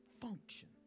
function